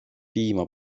piima